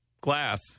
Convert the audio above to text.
glass